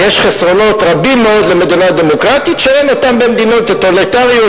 ויש חסרונות רבים מאוד למדינה דמוקרטית שאין אותם במדינות טוטליטריות,